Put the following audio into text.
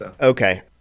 Okay